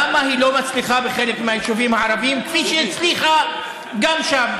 למה היא לא מצליחה בחלק מהיישובים הערביים כפי שהצליחה שם?